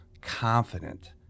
confident